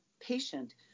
patient